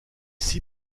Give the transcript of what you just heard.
six